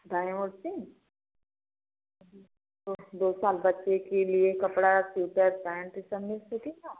दाएँ और से जी तो दो साल बच्चे के लिए कपड़ा सुटर पेंट सब मिल सकेगा